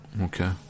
Okay